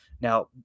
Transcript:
Now